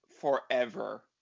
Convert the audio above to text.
forever